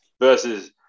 versus